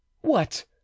What